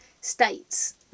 states